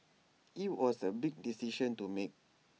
IT was A big decision to make